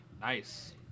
nice